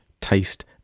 taste